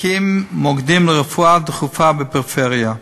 הקים מוקדים לרפואה דחופה בפריפריה.